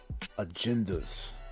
agendas